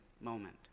moment